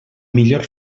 millor